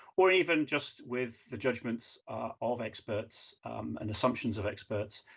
or even just with the judgments of experts and assumptions of experts,